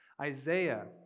Isaiah